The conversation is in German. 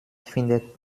findet